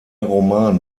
roman